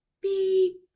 beep